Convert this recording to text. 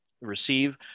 receive